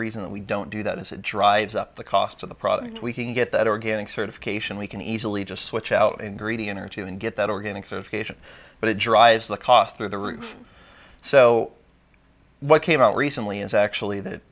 reason that we don't do that is it drives up the cost of the product we can get that organic certification we can easily just switch out and greedy energy and get that organic certification but it drives the cost through the roof so what came out recently is actually that